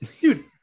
Dude